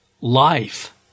life